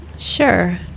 Sure